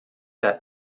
that